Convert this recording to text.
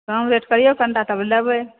कम rate करियौ कनिटा तब लेबै